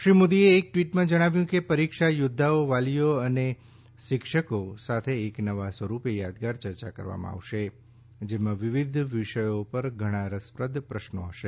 શ્રી મોદીએ એક ટ્રવિટમાં જણાવ્યું કે પરીક્ષા યોદ્વાઓ વાલીઓ અને શિક્ષકો સાથે એક નવા સ્વરૂપે યાદગાર ચર્ચા કરવામાં આવશે જેમાં વિવિધ વિષયો પર ઘણા રસપ્રદ પ્રશ્નો હશે